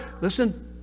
Listen